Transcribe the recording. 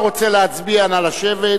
כל הרוצה להצביע, נא לשבת.